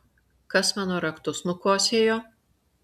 kas mano raktus nukosėjo